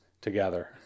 together